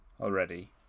already